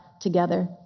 together